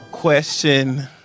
Question